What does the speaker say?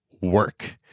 work